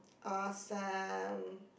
awesome